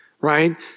right